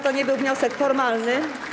To nie był wniosek formalny.